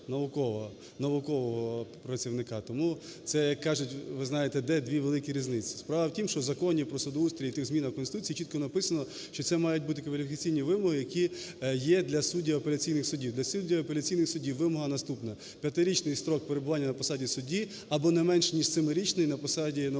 Тому це, як кажуть, ви знаєте, де дві великі різниці. Справа в тім, що в Законі про судоустрій і тих змінах в Конституції чітко написано, що це мають бути кваліфікаційні вимоги, які є для суддів апеляційних судів. Для суддів апеляційних судів вимога наступна: 5-річний строк перебування на посаді судді або не менше, ніж 7-річний на посаді науковий…